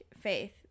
Faith